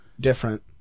different